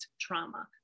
trauma